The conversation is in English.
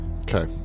Okay